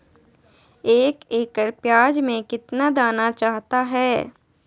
एक एकड़ प्याज में कितना दाना चाहता है?